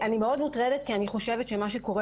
אני מאוד מטרדת כי אני חושבת שמה שקורה